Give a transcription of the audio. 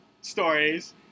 stories